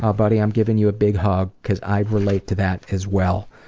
ah buddy, i'm giving you a big hug, because i relate to that as well.